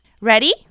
Ready